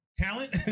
talent